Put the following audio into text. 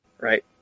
right